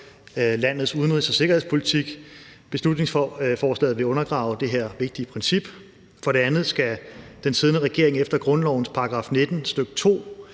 landets udenrigs- og sikkerhedspolitik. Beslutningsforslaget vil undergrave det her vigtige princip. For det andet skal den siddende regering efter grundlovens § 19, stk.